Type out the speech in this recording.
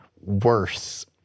worse